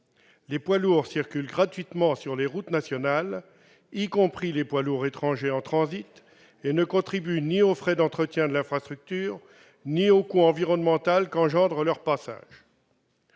les poids lourds circulent gratuitement sur les routes nationales, y compris les poids lourds étrangers en transit, et ne contribuent ni aux frais d'entretien de l'infrastructure ni au coût environnemental que suscite leur passage.